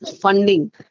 funding